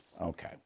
Okay